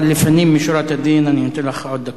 אבל לפנים משורת הדין אני נותן לך עוד דקה.